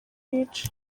yica